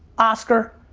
oscar,